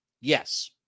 Yes